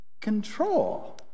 control